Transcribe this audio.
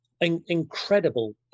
Incredible